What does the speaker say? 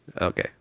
Okay